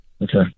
Okay